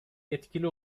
etkili